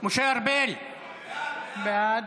בעד